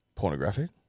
Pornographic